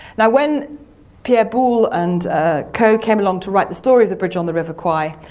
now when pierre boulle and co came along to write the story of the bridge on the river kwai,